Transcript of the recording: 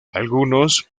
algunos